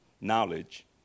knowledge